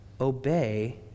Obey